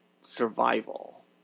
survival